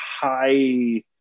high